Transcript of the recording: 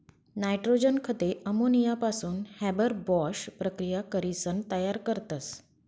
nitrogen खते अमोनियापासून Haber Bosch प्रकिया करीसन तयार करतस